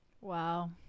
wow